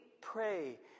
pray